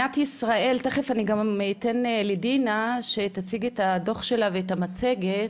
תכף אני גם אתן לדינה שתציג את הדו"ח שלה ואת המצגת.